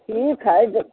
ठीक हय